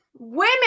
Women